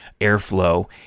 airflow